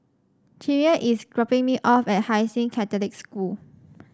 Chimere is dropping me off at Hai Sing Catholic School